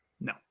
no